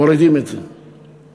מורידים את זה.